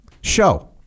show